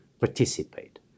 participate